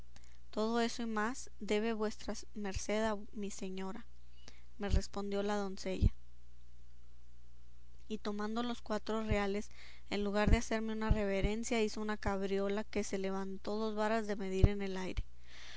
todo eso y más debe vuestra merced a mi señora me respondió la doncella y tomando los cuatro reales en lugar de hacerme una reverencia hizo una cabriola que se levantó dos varas de medir en el aire